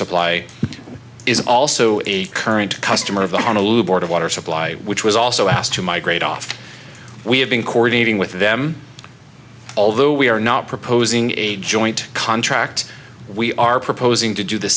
supply is also a current customer of the honolulu board of water supply which was also asked to migrate off we have been coordinating with them although we are not proposing a joint contract we are proposing to do the